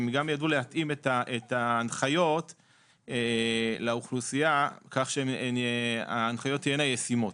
הם גם ידעו להתאים את ההנחיות לאוכלוסייה כך שההנחיות תהיינה ישימות,